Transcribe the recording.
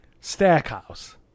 Stackhouse